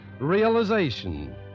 realization